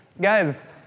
Guys